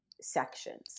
sections